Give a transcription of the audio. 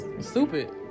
stupid